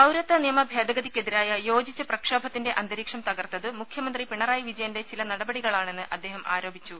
പൌരത്വ നിയമ ഭേദഗതിയ്ക്കെതിരായ യോജിച്ച പ്രക്ഷോഭത്തിന്റെ അന്തരീക്ഷം തകർത്തത് മുഖ്യമന്ത്രി പിണറായി വിജയന്റെ ചില നടപടികളാണെന്ന് അദ്ദേഹം ആരോപിച്ചു